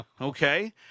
Okay